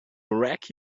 wreck